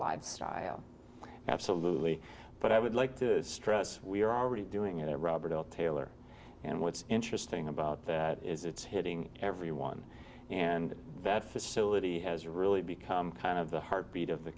lifestyle absolutely but i would like to stress we are already doing it robert all taylor and what's interesting about that is it's hitting everyone and that facility has really become kind of the heartbeat of the